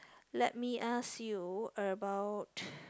let me ask you about